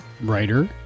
writer